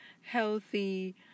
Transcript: healthy